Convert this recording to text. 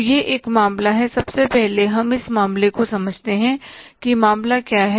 तो यह एक मामला है सबसे पहले हम इस मामले को समझते हैं कि मामला क्या है